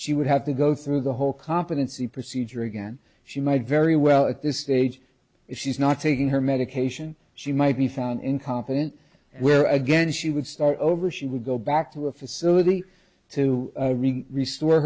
she would have to go through the whole competency procedure again she might very well at this stage if she's not taking her medication she might be found incompetent where again she would start over she would go back to a facility to restor